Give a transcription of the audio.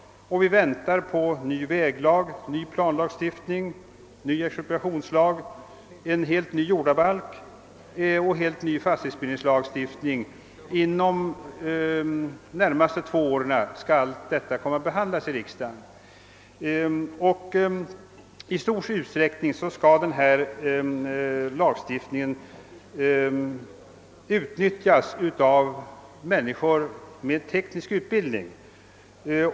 Vi väntar på förslag till ny väglag, ny planlagstiftning, ny expropriationslag, en helt ny iordabaik och en helt ny fastighetsbildningslagstiftning. Dessa frågor skall behandlas av riksdagen under de närmaste två åren. De som berörs av dessa lagstiftningsområden kommer i stor utsträckning att vara personer med teknisk utbildning.